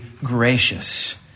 gracious